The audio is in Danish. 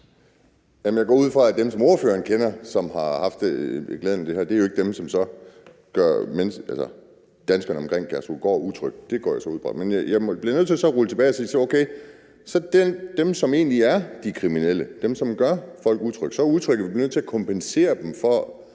Jeg går ud fra, at dem, som ordføreren kender, og som har haft glæden ved det her, jo ikke er dem, der så gør danskerne omkring Kærshovedgård utrygge. Det går jeg så ud fra. Men jeg bliver nødt til at gå tilbage og sige: Okay, hvad er Alternativets løsning så for dem, som egentlig er de kriminelle, dem, som gør folk utrygge – så utrygge, at vi bliver nødt til at kompensere folk for